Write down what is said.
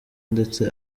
ndetse